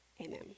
Amen